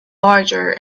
larger